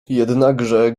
jednakże